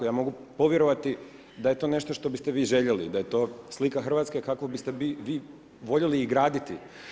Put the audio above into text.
Ja mogu povjerovati da je to nešto što biste vi željeli, da je to slika Hrvatske kakvu biste vi voljeli i graditi.